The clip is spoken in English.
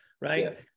right